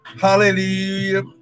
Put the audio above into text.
Hallelujah